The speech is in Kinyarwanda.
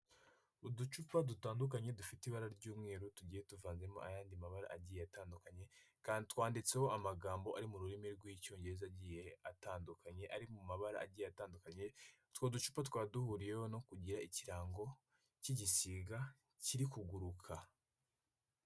Uducupa dutandukanye dufite ibara ry'umweru tugiye tuvanzemo ayandi mabara agiye atandukanye, twanditseho amagambo ari mu rurimi rw'Icyongereza agiye atandukanye, ari mu mabara agiye atandukanye, utwo ducupa tukaba duhuriyeho no kugira ikirango k'igisiga kiri kuguruka.